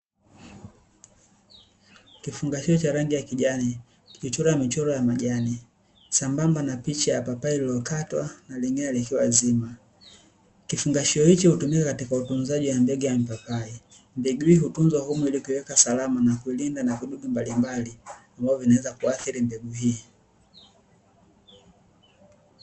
Kifungashio cha rangi ya kijani kilichochorwa michoro ya majani, sambamba na picha ya papai lililokatwa, na lingine likiwa zima. Kifungashio hicho hutumika katika utunzaji wa mbegu ya papai. Mbegu hii hutunzwa humu ili kuiweka salama na kuilinda na vidudu mbalimbali, ambavyo vinaweza kuathiri mbegu hii.